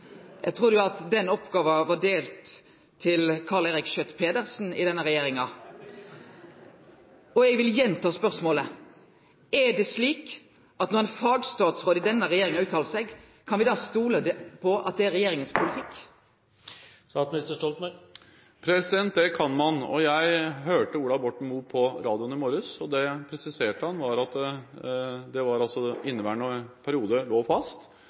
at Karl Eirik Schjøtt-Pedersen hadde fått den oppgåva i denne regjeringa. Eg vil gjenta spørsmålet: Når ein fagstatsråd i denne regjeringa uttalar seg, kan me da stole på at det er regjeringas politikk? Det kan man, og jeg hørte Ola Borten Moe på radioen i morges, og han presiserte at inneværende periode lå fast, men at neste stortingsperiode starter etter valget, når det